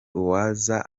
uwaza